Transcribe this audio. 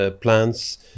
plants